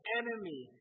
enemy